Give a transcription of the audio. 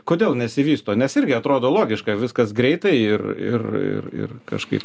kodėl nesivysto nes irgi atrodo logiška viskas greitai ir ir ir ir kažkaip